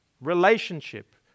relationship